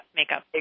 makeup